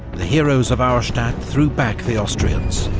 the heroes of auerstadt threw back the austrians,